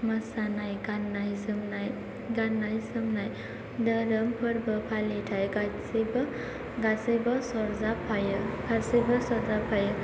गाननाय जोमनाय धोरोम फोरबो फालिथाय गासैबो सरजाबफायो